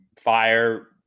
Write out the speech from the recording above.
fire